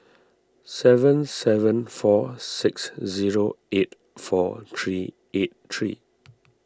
seven seven four six zero eight four three eight three